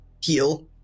Heal